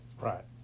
Right